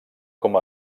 com